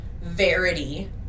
Verity